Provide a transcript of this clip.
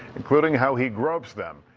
including how he gropes them